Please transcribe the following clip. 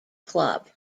club